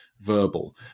verbal